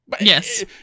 Yes